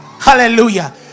Hallelujah